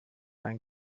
ein